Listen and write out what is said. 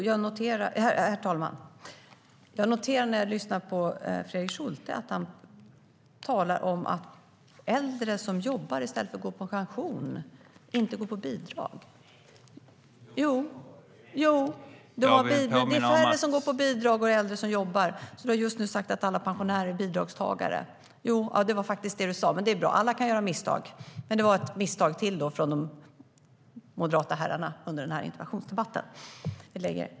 Herr talman! Jag noterar att Fredrik Schulte talar om att äldre som jobbar i stället för att leva på pensionen inte går på bidrag. : Nej!) Jo, Fredrik Schulte, du sa att det nu är färre som går på bidrag och fler äldre som jobbar, så du har just sagt att alla pensionärer är bidragstagare. Det var faktiskt det du sa, men det är bra - alla kan göra misstag. Det var alltså ett misstag till från de moderata herrarna under den här interpellationsdebatten.